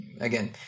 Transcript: Again